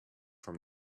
from